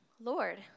Lord